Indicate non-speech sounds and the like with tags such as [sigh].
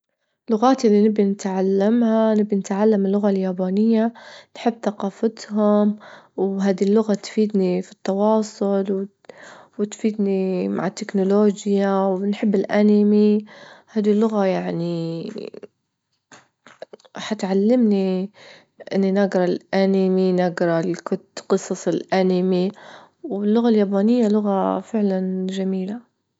اللغات اللي نبي نتعلمها، نبي نتعلم اللغة اليابانية، نحب ثقافتهم، وهدي اللغة تفيدني في التواصل، وتفيدني مع التكنولوجيا، وبنحب الأنيمي، هدي اللغة يعني [noise] حتعلمني إني نجرا الأنيمي، نجرا الك- قصص الأنيمي، واللغة اليابانية لغة فعلا جميلة.